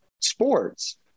sports